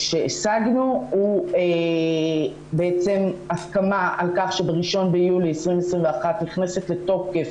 שהשגנו הוא הסכמה על שב-1 ביולי 2021 נכנסת לתוקף